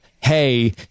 Hey